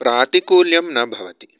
प्रातिकुल्यं न भवति